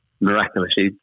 miraculously